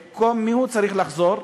במקום מי הוא צריך לחזור?